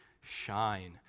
shine